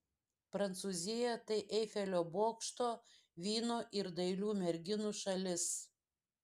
prancūzija tai eifelio bokšto vyno ir dailių merginų šalis